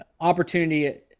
opportunity